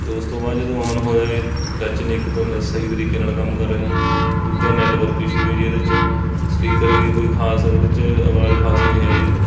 ਅਤੇ ਉਸ ਤੋਂ ਬਾਅਦ ਜਦੋਂ ਔਨ ਹੋਇਆ ਇਹ ਟੱਚ ਨਹੀਂ ਇੱਕ ਤਾਂ ਸਹੀ ਤਰੀਕੇ ਨਾਲ ਕੰਮ ਕਰ ਰਿਹਾ ਦੂਜਾ ਨੈੱਟਵਰਕ ਇਸ਼ੂ ਹੈ ਜੀ ਇਸ ਦੇ 'ਚ ਸਪੀਕਰ ਵੀ ਕੋਈ ਖਾਸ ਇਸ ਦੇ 'ਚ ਆਵਾਜ਼ ਖਾਸ ਨਹੀਂ ਹੈ ਜੀ